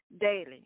daily